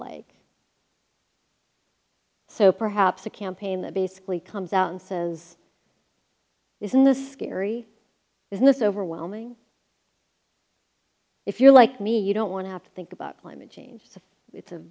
like so perhaps a campaign that basically comes out and says isn't the scary business overwhelming if you're like me you don't want to have to think about climate change it's